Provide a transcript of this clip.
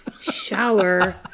shower